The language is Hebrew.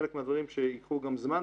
חלק מהדברים שייקחו זמן,